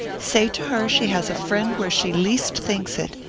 say to her she has a friend where she least thinks it,